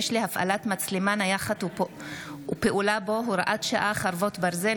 להפעלת מצלמה נייחת ופעולה בו (הוראת שעה, חרבות ברזל),